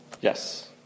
Yes